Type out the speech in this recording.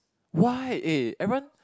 why eh everyone